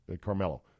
Carmelo